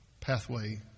pathway